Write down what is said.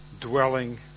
dwelling